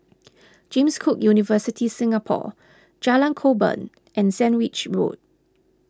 James Cook University Singapore Jalan Korban and Sandwich Road